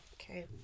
Okay